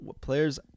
players